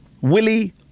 Willie